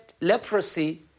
leprosy